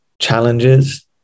challenges